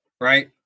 Right